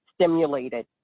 stimulated